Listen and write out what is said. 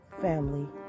family